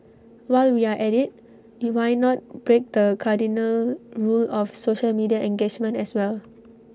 while we are at IT you why not break the cardinal rule of social media engagement as well